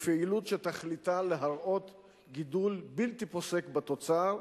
בפעילות שתכליתה להראות גידול בלתי פוסק בתוצר,